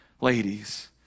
ladies